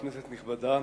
כנסת נכבדה,